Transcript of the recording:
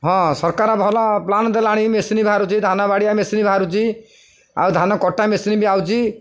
ହଁ ସରକାର ଭଲ ପ୍ଲାାନ୍ ଦେଲାଣି ମେସିନ୍ ବାହାରୁଛି ଧାନ ବାଡ଼ିଆ ମେସିନ୍ ବାହାରୁଛି ଆଉ ଧାନ କଟା ମେସିନ୍ ବି ହେଉଛି